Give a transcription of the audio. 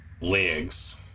legs